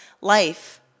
life